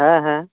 ᱦᱮᱸ ᱦᱮᱸ